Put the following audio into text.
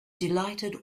delighted